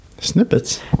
snippets